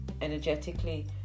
energetically